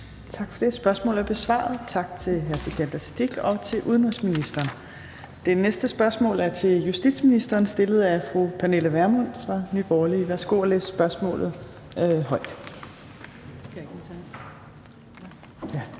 Tak for det. Spørgsmålet er besvaret. Tak til hr. Sikandar Siddique og til udenrigsministeren. Det næste spørgsmål er til justitsministeren, stillet af fru Pernille Vermund fra Nye Borgerlige. Kl. 15:09 Spm. nr.